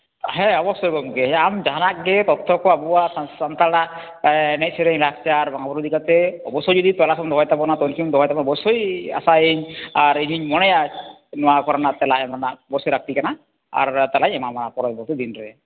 ᱦᱮᱸ ᱚᱵᱚᱥᱥᱳᱭ ᱜᱚᱝᱠᱮ ᱟᱢ ᱡᱟᱦᱟᱸᱱᱟᱜ ᱜᱮ ᱛᱚᱛᱛᱷᱚ ᱠᱚ ᱟᱵᱚᱣᱟᱜ ᱥᱟᱱᱛᱟᱲ ᱮᱱᱮᱡ ᱥᱮᱨᱮᱧ ᱞᱟᱭ ᱞᱟᱠᱪᱟᱨ ᱵᱚᱸᱜᱟ ᱵᱩᱨᱩ ᱤᱫᱤ ᱠᱟᱛᱮ ᱚᱵᱚᱥᱥᱳᱭ ᱡᱩᱫᱤ ᱛᱮᱞᱟ ᱠᱚᱢ ᱫᱚᱦᱚ ᱛᱟᱵᱚᱱᱟ ᱠᱩᱠᱞᱤᱢ ᱫᱚᱦᱚ ᱛᱟᱵᱚᱱᱟ ᱚᱵᱚᱥᱥᱳᱭ ᱟᱥᱟᱭᱟᱹᱧ ᱟᱨ ᱤᱧ ᱦᱩᱧ ᱢᱚᱱᱮᱭᱟ ᱱᱚᱣᱟ ᱠᱚᱨᱮᱱᱟᱜ ᱛᱮᱞᱟ ᱮᱢ ᱨᱮᱱᱟᱜ ᱚᱵᱚᱥᱥᱳᱭ ᱞᱟᱹᱠᱛᱤ ᱠᱟᱱᱟ ᱟᱨ ᱛᱮᱞᱟᱧ ᱮᱢᱟᱢᱟ ᱯᱚᱨᱚᱵᱚᱨᱛᱤ ᱫᱤᱱ ᱨᱮ